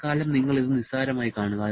തൽക്കാലം നിങ്ങൾ ഇത് നിസ്സാരമായി കാണുക